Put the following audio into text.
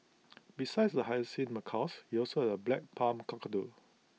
besides the hyacinth macaws he also has A black palm cockatoo